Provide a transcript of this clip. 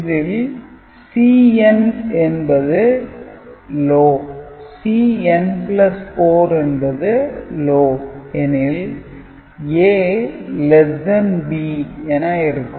இதில் Cn என்பது L Cn4 என்பது L எனில் A ≤ B என இருக்கும்